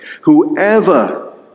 Whoever